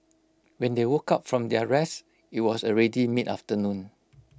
when they woke up from their rest IT was already mid afternoon